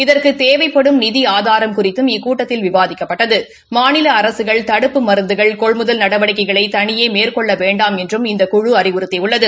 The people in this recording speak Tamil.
இதற்குத் தேவைப்படும் நிதி ஆதாரம் குறிததும் இக்கூட்டத்தில் விவாதிக்கப்பட்டது மாநில அரசுகள் தடுப்பு மருந்துகள் கொள்முதல் நடவடிக்கைகளை தனியே மேற்கொள்ள வேண்டாம் என்றும் இந்த குழு அறிவிறுத்தியது